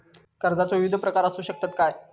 कर्जाचो विविध प्रकार असु शकतत काय?